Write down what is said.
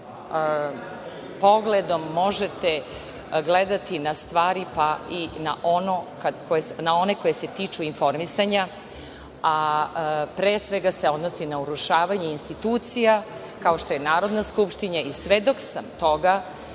pogledom možete gledati na stvari pa i na one koje se tiču informisanja, a pre svega se odnosi na urušavanje institucija, kao što je Narodna skupština i svedok sam toga